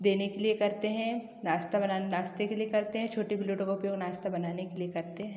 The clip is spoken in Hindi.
देने के लिए करते हैं नाश्ता बनाना नाश्ते के लिए करते हैं छोटी प्लेटों का उपयोग नाश्ता बनाने के लिए करते हैं